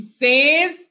says